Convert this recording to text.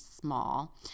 small